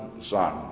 son